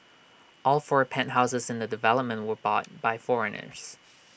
all four penthouses in the development were bought by foreigners